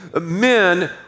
men